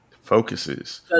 Focuses